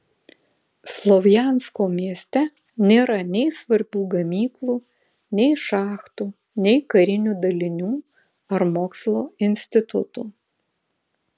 slovjansko mieste nėra nei svarbių gamyklų nei šachtų nei karinių dalinių ar mokslo institutų